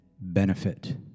benefit